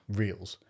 reels